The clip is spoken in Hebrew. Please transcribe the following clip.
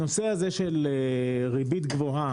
הנושא הזה של ריבית גבוהה,